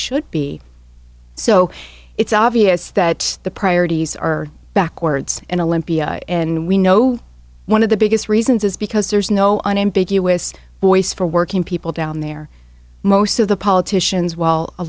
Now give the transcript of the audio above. should be so it's obvious that the priorities are backwards in olympia and we know one of the biggest reasons is because there is no unambiguous voice for working people down there most of the politicians w